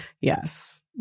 Yes